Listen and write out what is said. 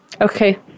Okay